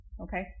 okay